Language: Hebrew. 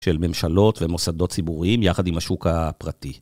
של ממשלות ומוסדות ציבוריים יחד עם השוק הפרטי.